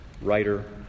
writer